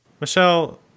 Michelle